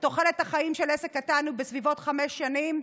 תוחלת החיים של עסק קטן היא בסביבות חמש שנים.